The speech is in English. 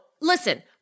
listen